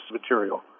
material